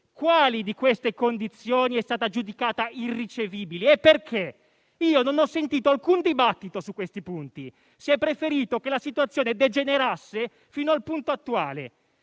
Quali di queste condizioni è stata giudicata irricevibile e perché? Non ho sentito alcun dibattito su questi punti: si è preferito che la situazione degenerasse fino al punto attuale.